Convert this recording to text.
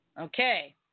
Okay